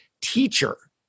teacher